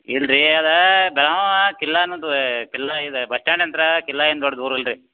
ಇಲ್ಲ ರೀ ಅದು ಬೆಳ್ಗಾವಿ ಕಿಲಾನು ದು ಕಿಲಾ ಇದು ಬಸ್ ಸ್ಟ್ಯಾಂಡಿಂದ ಕಿಲಾ ಏನೂ ದೊಡ್ಡ ದೂರಿಲ್ಲ ರೀ